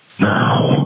now